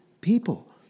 people